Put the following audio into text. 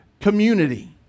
community